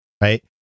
Right